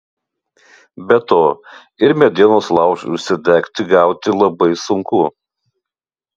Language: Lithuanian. be to ir medienos laužui užsidegti gauti labai sunku